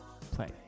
Play